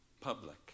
public